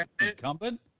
incumbent